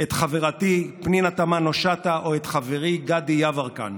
את חברתי פנינה תמנו-שטה או את חברי גדי יברקן,